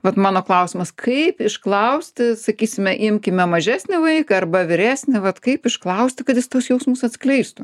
vat mano klausimas kaip išklausti sakysime imkime mažesnį vaiką arba vyresnį vat kaip išklausti kad jis tuos jausmus atskleistų